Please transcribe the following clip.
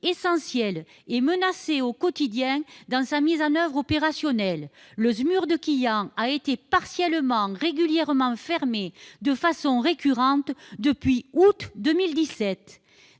essentielle, est menacée au quotidien dans sa mise en oeuvre opérationnelle ; le SMUR de Quillan a été partiellement fermé, de façon récurrente, depuis août 2017.